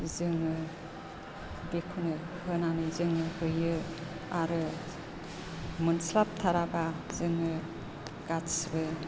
जोङो बेखौनो होनानै जोङो होयो आरो मोनस्लाब थाराबा जोङो गासैबो